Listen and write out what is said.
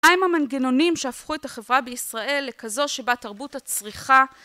האם המנגנונים שהפכו את החברה בישראל לכזו שבה תרבות הצריכה